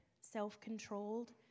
self-controlled